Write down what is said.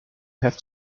have